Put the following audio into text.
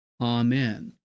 Amen